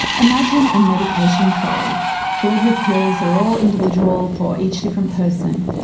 imagine a medication trolley filled with pills that are all individual for each different person.